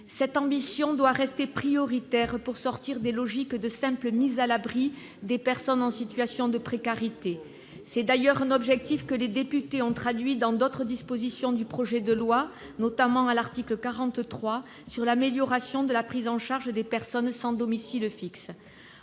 Cette ambition doit rester prioritaire pour sortir des logiques de simple mise à l'abri des personnes en situation de précarité. C'est d'ailleurs un objectif que les députés ont traduit dans d'autres dispositions du projet de loi, notamment à l'article 43 consacré à l'amélioration de la prise en charge des personnes sans domicile fixe.